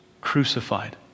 crucified